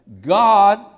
God